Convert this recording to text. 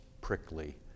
prickly